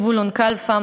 זבולון קלפה,